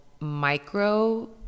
micro